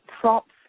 props